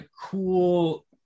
cool